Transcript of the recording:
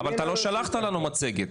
אבל אתה לא שלחת לנו מצגת,